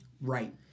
Right